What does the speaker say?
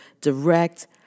direct